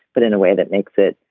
but in a way that makes it.